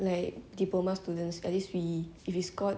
like diploma students at least we if we score